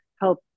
help